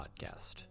podcast